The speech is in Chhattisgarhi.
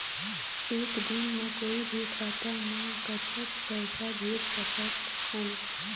एक दिन म कोई भी खाता मा कतक पैसा भेज सकत हन?